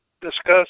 discuss